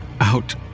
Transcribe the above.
Out